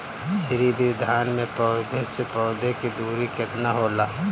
श्री विधि धान में पौधे से पौधे के दुरी केतना होला?